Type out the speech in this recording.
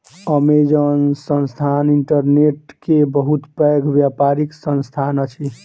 Amazon संस्थान internet के बहुत पैघ व्यापारिक संस्थान अछि